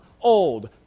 old